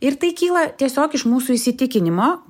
ir tai kyla tiesiog iš mūsų įsitikinimo